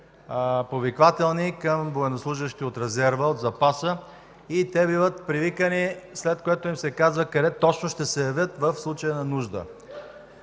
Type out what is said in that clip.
повиквателни към военнослужещи от резерва, от запаса и те биват привиквани, след което им се казва къде точно ще се явят в случай на нужда.